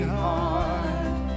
heart